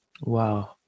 Wow